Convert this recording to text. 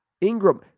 Ingram